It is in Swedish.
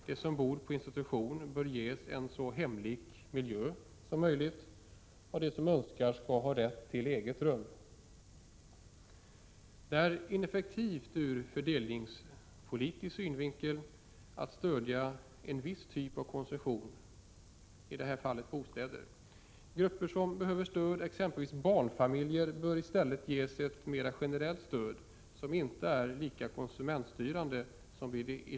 De som bor på institution bör ges en så hemlik miljö som möjligt, och de som önskar skall ha rätt till eget rum. Det är ineffektivt ur fördelningspolitisk synvinkel att stödja en viss typ av konsumtion, i det här fallet bostäder. Grupper som behöver stöd, t.ex. barnfamiljer, bör ges ett generellt stöd som inte är konsumtionsstyrande.